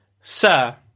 Sir